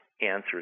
answers